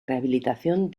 rehabilitación